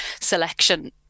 selection